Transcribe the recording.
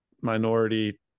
minority